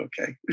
okay